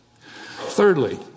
Thirdly